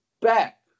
back